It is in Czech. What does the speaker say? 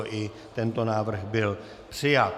I tento návrh byl přijat.